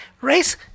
race